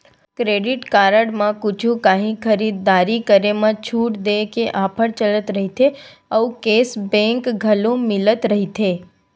credit card म कुछु काही खरीददारी करे म छूट देय के ऑफर चलत रहिथे अउ केस बेंक घलो मिलत रहिथे